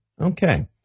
Okay